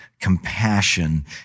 compassion